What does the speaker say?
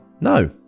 No